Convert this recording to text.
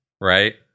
Right